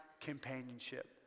companionship